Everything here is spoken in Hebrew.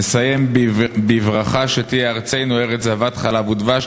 נסיים בברכה שתהיה ארצנו ארץ זבת חלב ודבש,